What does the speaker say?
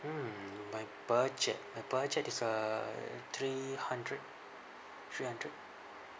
mm my budget my budget is uh three hundred three hundred